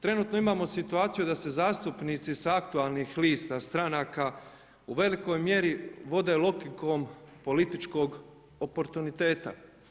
Trenutno imamo situaciju da se zastupnici sa aktualnih lista stranaka u velikoj mjeri vode logikom političkog oportuniteta.